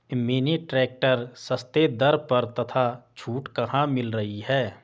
Mini tractor सस्ते दर पर तथा छूट कहाँ मिल रही है?